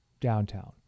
downtown